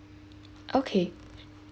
okay